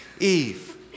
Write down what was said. Eve